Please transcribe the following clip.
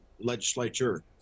legislature